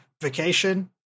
vacation